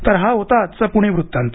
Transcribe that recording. तर हा होता आजचा पुणे वृत्तांत